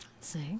See